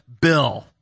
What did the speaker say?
bill